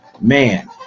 man